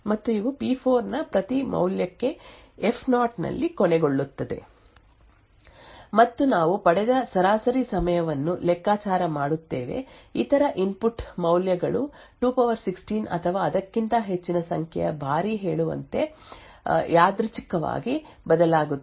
ಉದಾಹರಣೆಗೆ ನಾವು 00 10 20 30 ರಿಂದ ಪ್ರಾರಂಭವಾಗುವ ಪಿ4 ನ 16 ವಿಭಿನ್ನ ಮೌಲ್ಯಗಳನ್ನು ಹೊಂದಿದ್ದೇವೆ ಇವೆಲ್ಲವೂ ಹೆಕ್ಸಾಡೆಸಿಮಲ್ ಮೌಲ್ಯಗಳಾಗಿವೆ ಮತ್ತು ಇದು ಪಿ4 ನ ಪ್ರತಿ ಮೌಲ್ಯಕ್ಕೆ ಎಫ್0 ನಲ್ಲಿ ಕೊನೆಗೊಳ್ಳುತ್ತದೆ ಮತ್ತು ನಾವು ಪಡೆದ ಸರಾಸರಿ ಸಮಯವನ್ನು ಲೆಕ್ಕಾಚಾರ ಮಾಡುತ್ತೇವೆ ಇತರ ಇನ್ಪುಟ್ ಮೌಲ್ಯಗಳು 216 ಅಥವಾ ಅದಕ್ಕಿಂತ ಹೆಚ್ಚಿನ ಸಂಖ್ಯೆಯ ಬಾರಿ ಹೇಳುವಂತೆ ಯಾದೃಚ್ಛಿಕವಾಗಿ ಬದಲಾಗುತ್ತವೆ